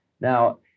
Now